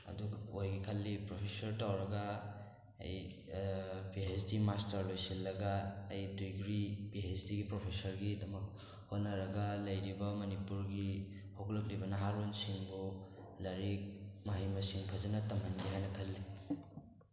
ꯑꯗꯨ ꯑꯣꯏꯒꯦ ꯈꯜꯂꯤ ꯄ꯭ꯔꯣꯐꯦꯁꯔ ꯇꯧꯔꯒ ꯑꯩ ꯄꯤ ꯑꯩꯁ ꯗꯤ ꯃꯥꯁꯇꯔ ꯂꯣꯏꯁꯤꯜꯂꯒ ꯑꯩ ꯗꯤꯒ꯭ꯔꯤ ꯄꯤ ꯑꯩꯁ ꯗꯤꯒꯤ ꯄ꯭ꯔꯣꯐꯦꯁꯔꯒꯤꯗꯃꯛ ꯍꯣꯠꯅꯔꯒ ꯂꯩꯔꯤꯕ ꯃꯅꯤꯄꯨꯔꯒꯤ ꯍꯧꯒꯠꯂꯛꯂꯤꯕ ꯅꯍꯥꯔꯣꯟꯁꯤꯡꯕꯨ ꯂꯥꯏꯔꯤꯛ ꯃꯍꯩ ꯃꯁꯤꯡ ꯐꯖꯅ ꯇꯝꯍꯟꯒꯦ ꯍꯥꯏꯅ ꯈꯜꯂꯤ